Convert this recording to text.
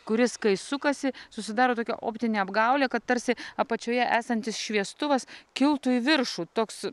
kuris kai sukasi susidaro tokia optinė apgaulė kad tarsi apačioje esantis šviestuvas kiltų į viršų toks